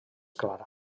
clar